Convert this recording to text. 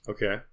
Okay